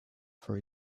for